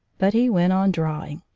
but he went on drawing.